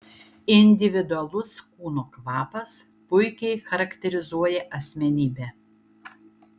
individualus kūno kvapas puikiai charakterizuoja asmenybę